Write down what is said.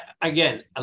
Again